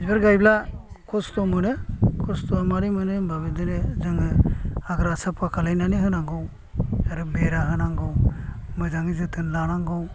बिबार गायब्ला खस्थ' मोनो खस्थ'या माबोरै मोनो होनब्ला बिदिनो जोङो हाग्रा साफा खालामनानै होनांगौ आरो बेरा होनांगौ मोजाङै जोथोन लानांगौ